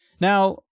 Now